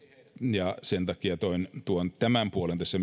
ja sen takia tuon myöskin tämän puolen tässä